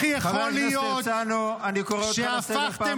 מה עם חוק ההשתמטות?